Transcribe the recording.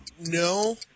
No